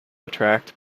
attract